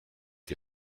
die